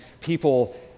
people